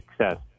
success